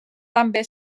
també